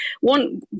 one